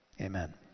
Amen